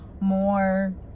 more